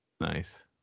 Nice